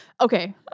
Okay